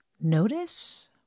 notice